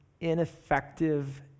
ineffective